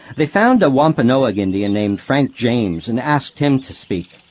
they found a wampanoag indian named frank james and asked him to speak.